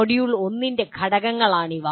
module 1 ന്റെ ഘടകങ്ങളാണിവ